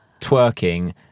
twerking